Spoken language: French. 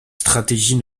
stratégie